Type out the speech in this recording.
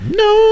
no